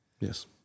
Yes